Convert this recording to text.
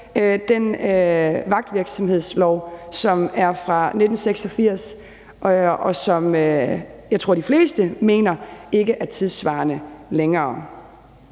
den vagtvirksomhedslov, som er fra 1986, og som jeg tror de fleste mener ikke er tidssvarende længere.